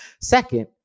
Second